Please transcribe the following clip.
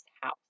house